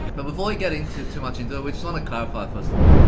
but before we get into too much into it, we just wanna clarify first of all.